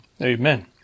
amen